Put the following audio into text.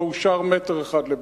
לא אושר מטר אחד לבנייה,